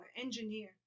engineer